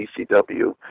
ECW